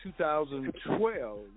2012